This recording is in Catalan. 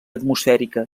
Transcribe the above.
atmosfèrica